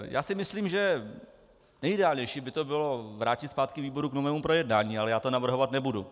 Já si myslím, že nejideálnější by to bylo vrátit zpátky výboru k novému projednání, ale já to navrhovat nebudu.